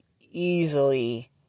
easily